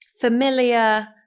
familiar